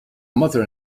mother